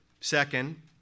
Second